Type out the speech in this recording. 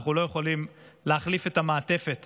ואנחנו לא יכולים להחליף את המעטפת